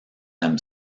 them